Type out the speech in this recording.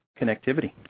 connectivity